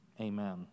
Amen